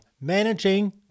Managing